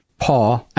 paw